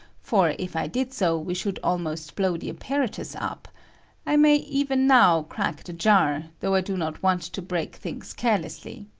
for if i did so we should almost blow the apparatus up i may even now crack the jar, though i do not want to break things carelessly.